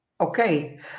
okay